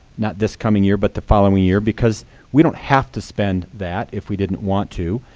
not this coming year, but the following year. because we don't have to spend that if we didn't want to.